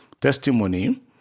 Testimony